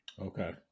Okay